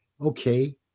Okay